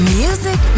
music